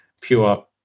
pure